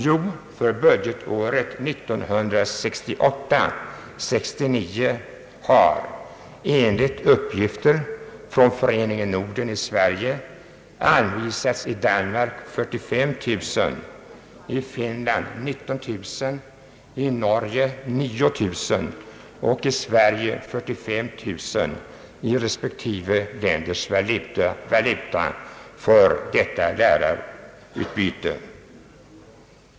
Jo, för budgetåret 1968/69 har, enligt uppgift från Föreningen Norden i Sverige, anvisats i Danmark 45 000, i Finland 19 000, i Norge 9 000 och i Sverige 45 000 i respektive länders valutor för detta lärarutbyte.